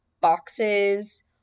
boxes